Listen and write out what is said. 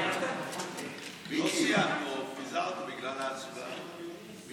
פיזרה אותה בגלל ההצבעה.